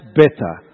better